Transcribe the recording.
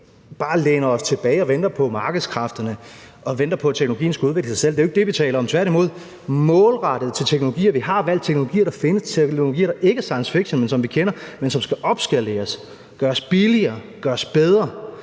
bare læner os tilbage og venter på markedskræfterne og venter på, at teknologien skal udvikle sig selv, tværtimod – der er målrettet teknologier, vi har valgt, teknologier, der findes, teknologier, der ikke er science fiction, men som vi kender, og som skal opskaleres, gøres billigere, gøres bedre,